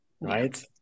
right